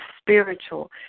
spiritual